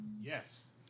Yes